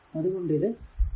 അതുകൊണ്ടു ഇത് v0